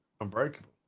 Unbreakable